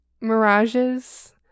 mirages